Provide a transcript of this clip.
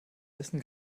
wissen